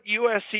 USC